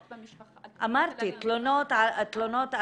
זה היה על תלונות במשפחה.